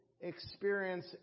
experience